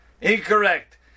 Incorrect